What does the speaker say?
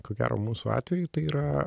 ko gero mūsų atveju tai yra